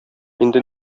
инде